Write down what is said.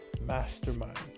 mastermind